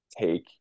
take